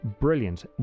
brilliant